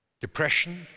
depression